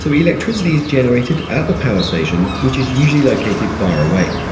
so electricity is generated at the power station which is usually located far away.